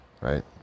right